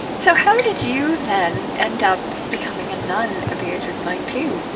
so how did you then end up becoming a nun at the age of nineteen?